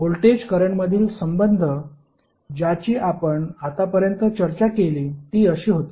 voltage करंटमधील संबंध ज्याची आपण आतापर्यंत चर्चा केली ती अशी होती